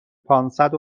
پانصد